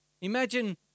Imagine